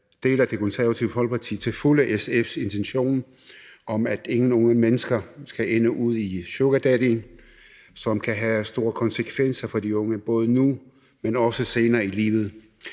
deler Det Konservative Folkeparti til fulde SF's intention om, at ingen unge mennesker skal ende ud i sugardating, som kan have store konsekvenser for de unge, både nu, men også senere i livet.